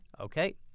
Okay